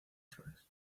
flores